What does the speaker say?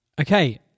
okay